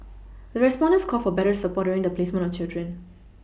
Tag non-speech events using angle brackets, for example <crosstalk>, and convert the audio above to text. <noise> the respondent called for better support during the placement of children